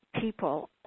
people